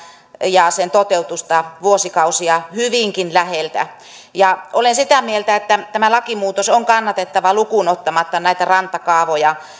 ja sen toteutusta vuosikausia hyvinkin läheltä olen sitä mieltä että tämä lakimuutos on kannatettava lukuun ottamatta näitä rantakaavoja